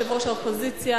ליושבת-ראש האופוזיציה.